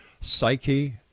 psyche